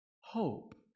hope